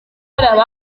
hari